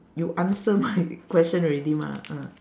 you answer my question already mah ah